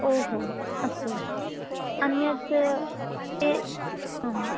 ओ हो अस्तु अन्यत् ये आम्